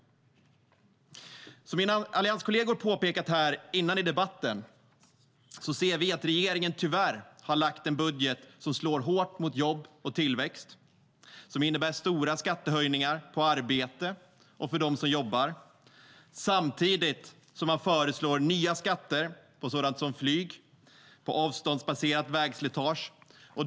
Som mina allianskolleger har påpekat här tidigare i debatten ser vi att regeringen tyvärr har lagt fram en budget som slår hårt mot jobb och tillväxt och som innebär stora skattehöjningar på arbete och för dem som jobbar. Samtidigt föreslår man nya skatter på sådant som flyg och avståndsbaserat vägslitage.